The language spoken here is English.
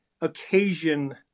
occasion